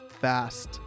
fast